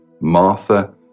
Martha